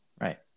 Right